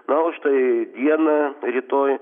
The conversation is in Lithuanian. na o štai dieną rytoj